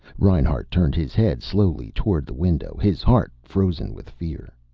reinhart turned his head slowly toward the window, his heart frozen with fear.